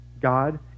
God